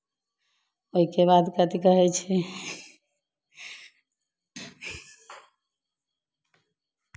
ओई के बाद कथी कहै छै